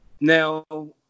Now